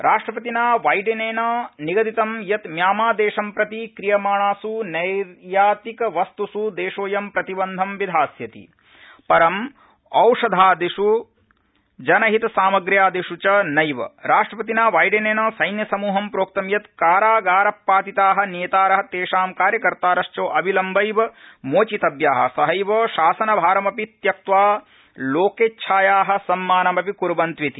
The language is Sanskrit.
राष्ट्रपतिना बाइडनेन निगदितं यत् म्यामां देशं प्रति क्रियमाणासु नद्यीतिक वस्तुस् देशोऽयं प्रतिबन्धम् विधास्यति परं औषधादिष् जनहित सामग्र्यादिष् च नक्ष राष्ट्रपतिना बाइडनेन संख्यिमृहं प्रोक्त यत् कारागारपातिता नेतार तेषां कार्यकर्तारश्च अविलम्बद्ध मोचितव्या सहब शासनभारमपि त्यक्त्वा लोकेच्छाया सम्मानमपि कुर्वन्त्वति